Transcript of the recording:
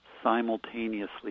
simultaneously